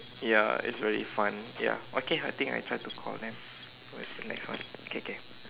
ya it's very fun ya okay I think I try to call them when is the next one K K